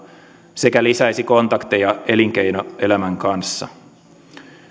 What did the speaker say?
sekä lisäisi kontakteja elinkeinoelämän kanssa